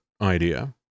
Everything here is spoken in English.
idea